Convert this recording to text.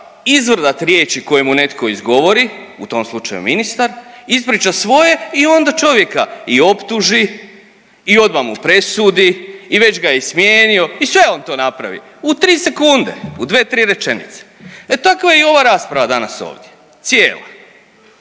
izvrdat riječi koje mu netko izgovori, u tom slučaju ministar, ispriča svoje i onda čovjeka i optuži i odma mu presudi i već ga je i smijenio i sve on to napravi u 3 sekunde, u 2-3 rečenice, e takva je i ova rasprava danas ovdje cijela.